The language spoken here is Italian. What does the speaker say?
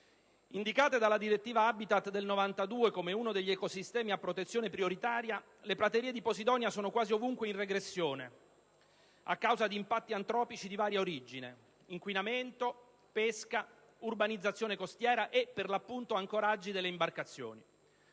Indicate dalla "direttiva habitat" del 1992 come uno degli ecosistemi a protezione prioritaria, le praterie di posidonia sono quasi ovunque in regressione a causa di impatti antropici di varia origine: inquinamento, pesca, urbanizzazione costiera e, per l'appunto, ancoraggi delle imbarcazioni.